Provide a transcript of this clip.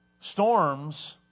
Storms